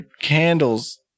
candles